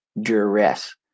duress